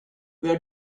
where